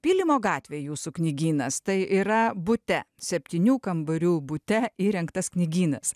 pylimo gatvėj jūsų knygynas tai yra bute septynių kambarių bute įrengtas knygynas